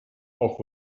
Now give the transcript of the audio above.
auch